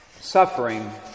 suffering